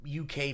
UK